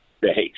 Thanks